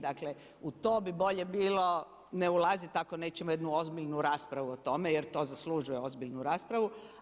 Dakle, u to bi bilje bilo ne ulazit ako nećemo jednu ozbiljnu raspravu o tome jer to zaslužuje ozbiljnu raspravu.